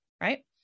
right